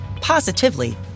positively